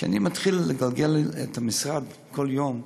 כשאני מתחיל לגלגל את ענייני המשרד בכל יום,